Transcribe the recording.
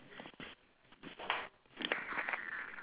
uh on the right side ah the first tree